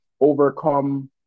overcome